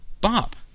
Bob